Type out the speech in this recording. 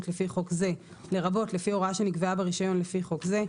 לפי חוק זה לרבות לפי הוראה שנקבעה ברישיון לפי חוק זה,